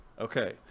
Okay